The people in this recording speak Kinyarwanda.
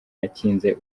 yakinze